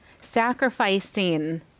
sacrificing